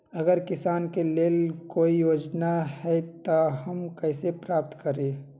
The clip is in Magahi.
अगर किसान के लेल कोई योजना है त हम कईसे प्राप्त करी?